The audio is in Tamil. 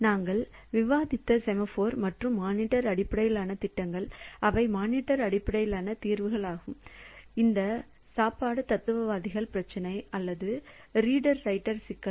நாங்கள் விவாதித்த செமாஃபோர் மற்றும் மானிட்டர் அடிப்படையிலான திட்டங்கள் அவை மானிட்டர் அடிப்படையிலான தீர்வுகளாக இருக்கும் இந்த சாப்பாட்டு தத்துவவாதிகள் பிரச்சினை அல்லது ரீடர் ரைட்டர் சிக்கல்